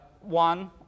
One